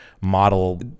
Model